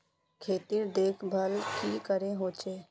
खेतीर देखभल की करे होचे?